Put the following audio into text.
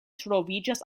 troviĝas